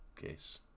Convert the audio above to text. case